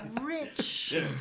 Rich